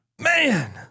man